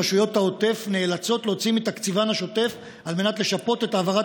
רשויות העוטף נאלצות להוציא מתקציבן השוטף על מנת לשפות את העברת